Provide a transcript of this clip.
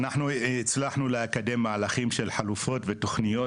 אנחנו הצלחנו לקדם מהלכים של תוכניות וחלופות,